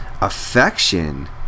affection